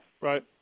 Right